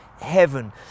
Heaven